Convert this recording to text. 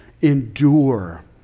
endure